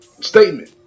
statement